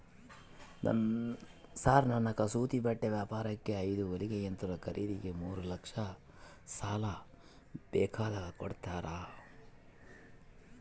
Sir ನನ್ನ ಕಸೂತಿ ಬಟ್ಟೆ ವ್ಯಾಪಾರಕ್ಕೆ ಐದು ಹೊಲಿಗೆ ಯಂತ್ರ ಖರೇದಿಗೆ ಮೂರು ಲಕ್ಷ ಸಾಲ ಬೇಕಾಗ್ಯದ ಕೊಡುತ್ತೇರಾ?